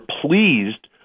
pleased –